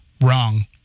wrong